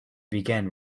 begin